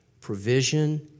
provision